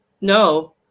No